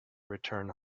return